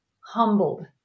humbled